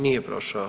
Nije prošao.